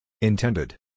Intended